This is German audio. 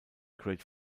great